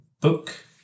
book